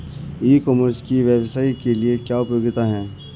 ई commerce की व्यवसाय के लिए क्या उपयोगिता है?